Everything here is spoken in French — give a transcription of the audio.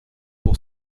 pour